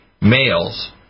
males